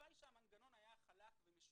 הלוואי שהמנגנון היה חלק ומשומן.